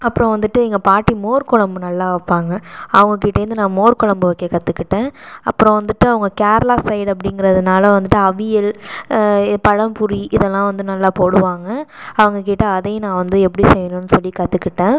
அப்புறம் வந்துட்டு எங்கள் பாட்டி மோர் கொழம்பு நல்லா வைப்பாங்க அவங்கள்கிட்டேருந்து நான் மோர் கொழம்பு வைக்க கற்றுக்கிட்டேன் அப்புறம் வந்துட்டு அவங்க கேரளா சைடு அப்படிங்கிறதுனால வந்துட்டு அவியல் பழம்புளி இதெல்லாம் வந்து நல்லா போடுவாங்க அவங்க கிட்ட அதையும் நான் வந்து எப்படி செய்யணும்ன்னு சொல்லி கற்றுக்கிட்டேன்